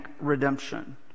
Redemption